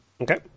Okay